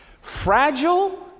fragile